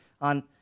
on